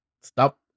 stop